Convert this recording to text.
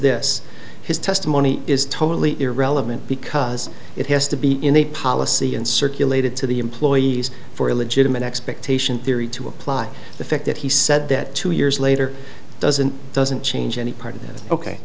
this his testimony is totally irrelevant because it has to be in a policy in circulated to the employees for a legitimate expectation theory to apply the fact that he said that two years later doesn't doesn't change any part